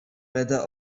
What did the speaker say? whether